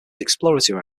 exploratory